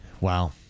Wow